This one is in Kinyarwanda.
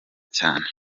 cyane